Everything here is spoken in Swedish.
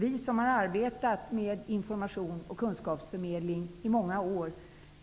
Vi som har arbetat med information och kunskapsförmedling i många år